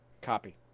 Copy